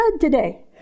today